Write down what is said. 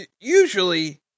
usually